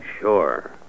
Sure